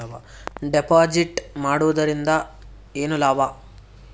Deposit ಮಾಡುದರಿಂದ ಏನು ಲಾಭ?